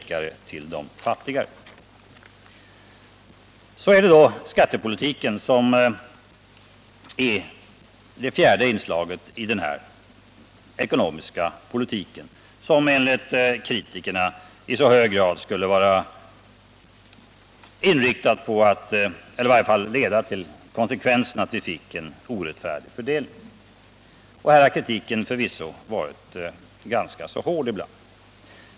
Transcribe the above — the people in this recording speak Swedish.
Kvar är då skattepolitiken, som det stora exemplet, enligt kritikerna, på en orättfärdig fördelningpolitik. Här har kritiken förvisso varit ganska hård ibland.